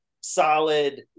solid